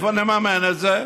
מאיפה נממן את זה?